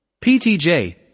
PTJ